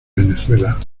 venezuela